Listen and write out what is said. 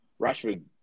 Rashford